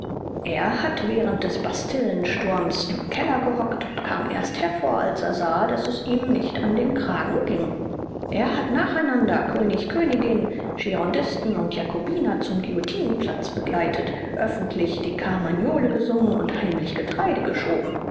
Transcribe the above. er hat während des bastillensturmes im keller gehockt und kam erst hervor als er sah daß es ihm nicht an den kragen ging er hat nacheinander könig königin girondisten und jakobiner zum guillotinenplatz begleitet öffentlich die carmagnole gesungen und heimlich getreide geschoben